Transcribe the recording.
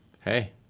hey